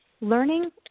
Learning